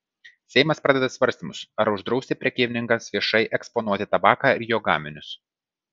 seimas pradeda svarstymus ar uždrausti prekybininkams viešai eksponuoti tabaką ir jo gaminius